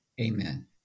Amen